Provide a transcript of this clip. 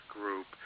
group